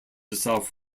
itself